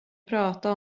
prata